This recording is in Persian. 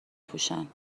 پوشن